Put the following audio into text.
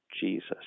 Jesus